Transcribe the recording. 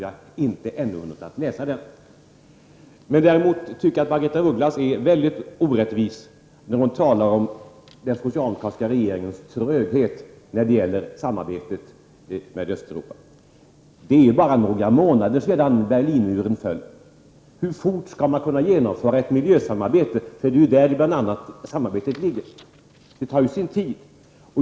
Jag har ännu inte hunnit läsa den. Däremot tycker jag att Margaretha af Ugglas är mycket orättvis när hon talar om den socialdemokratiska regeringens tröghet i samarbetet med Östeuropa. Det är bara några månader sedan Berlinmuren föll. Hur fort skall man kunna genomföra ett miljösamarbete? Det är bl.a. på det området samarbetet ligger. Det tar sin tid.